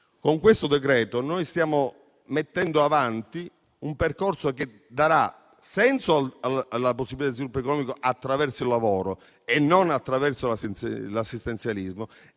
con questo decreto noi stiamo definendo un percorso che darà senso alla possibilità di sviluppo economico attraverso il lavoro e non attraverso l'assistenzialismo.